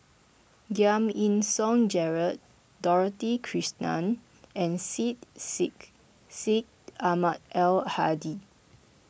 Giam Yean Song Gerald Dorothy Krishnan and Syed Sheikh Syed Ahmad Al Hadi